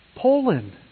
Poland